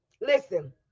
Listen